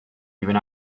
even